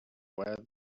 where